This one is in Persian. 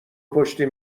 پشت